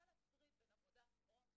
אני רוצה להפריד בין עבודה פרואקטיבית,